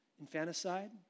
infanticide